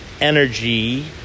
energy